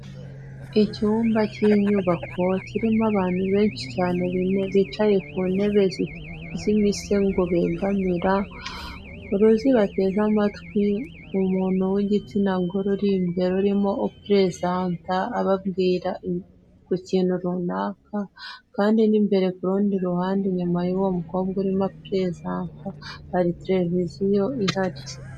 Icyumba cy'inyubako kirimo abantu benshi cyane bicaye ku ntebe z'imisego begamira uruzi bateze amatwi, umuntu w'igitsina gore uri imbere urimo upurezanta, ababwira ku kintu runaka kandi n'imbere ku rundi ruhande inyuma y'uwo mukobwa urimo apurezanta hari televiziyo ihari.